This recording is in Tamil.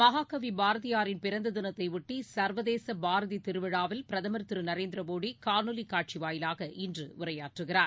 மகாகவிபாரதியாரின் பிறந்ததினத்தைஒட்டி சர்வதேசபாரதிதிருவிழாவில் பிரதமர் திரு நரேந்திரமோடிகாணொலிக் காட்சிவாயிலாக இன்றுஉரையாற்றுகிறார்